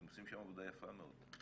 הם עושים שם עבודה יפה מאוד.